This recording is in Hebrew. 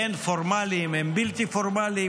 הן פורמליים והן בלתי פורמליים.